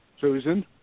Susan